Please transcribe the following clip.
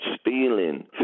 stealing